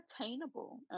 attainable